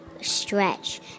stretch